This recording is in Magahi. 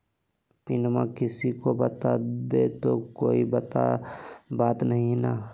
पिनमा किसी को बता देई तो कोइ बात नहि ना?